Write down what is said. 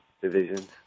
divisions